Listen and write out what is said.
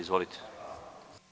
Izvolite.